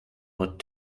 what